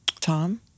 Tom